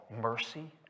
mercy